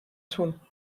tun